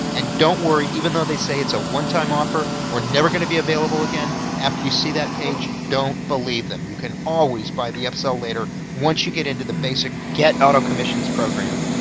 and don't worry, even though they may say it's a one time offer, or never going to be available again after you see that page, don't believe them you can always buy the upsell later once you get in to the basic get auto commissions program.